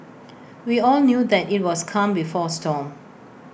we all knew that IT was calm before storm